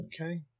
Okay